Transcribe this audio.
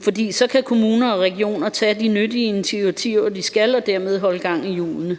For så kan kommuner og regioner tage de nyttige initiativer, de skal, og dermed holde gang i hjulene.